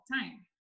time